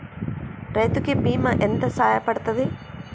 రైతు కి బీమా ఎంత సాయపడ్తది?